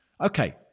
okay